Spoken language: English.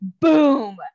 boom